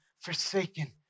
forsaken